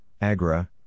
Agra